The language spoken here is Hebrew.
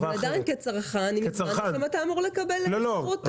אבל עדיין כצרכן אתה אמור לקבל שירות טוב,